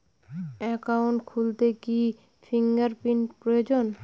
Account খুলতে কি fingerprint প্রয়োজন?